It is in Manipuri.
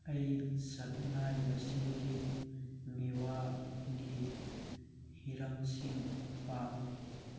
ꯑꯩ ꯁꯛꯅꯥꯏꯕꯁꯤꯡꯒꯤ ꯃꯤꯋꯥꯒꯤ ꯍꯤꯔꯝꯁꯤꯡ ꯄꯥꯝꯃꯤ